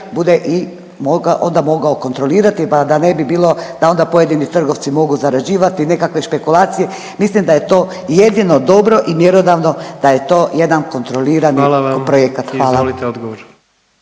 mogao, onda mogao kontrolirati, pa da ne bi bilo da onda pojedini trgovci mogu zarađivati, nekakve špekulacije, mislim da je to jedino dobro i mjerodavno da je to jedan kontrolirani projekat, hvala. **Jandroković,